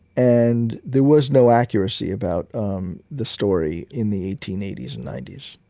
and there was no accuracy about um the story in the eighteen eighty s and ninety s.